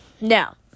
Now